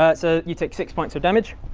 ah so you take six points of damage